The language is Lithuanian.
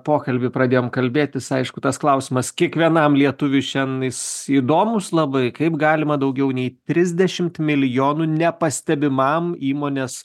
pokalbį pradėjom kalbėtis aišku tas klausimas kiekvienam lietuviui šiandien jis įdomus labai kaip galima daugiau nei trisdešimt milijonų nepastebimam įmonės